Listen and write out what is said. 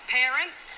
parents